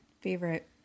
Favorite